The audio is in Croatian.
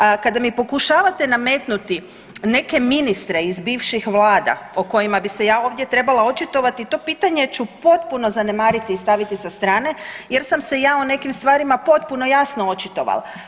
A kada mi pokušavate nametnuti neke ministre iz bivših vlada o kojima bi se ja ovdje trebala očitovati, to pitanje ću potpuno zanemariti i staviti sa strane, jer sam se ja o nekim stvarima potpuno jasno očitovala.